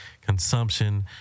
consumption